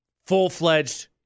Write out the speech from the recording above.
Full-fledged